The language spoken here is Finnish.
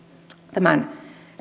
tämän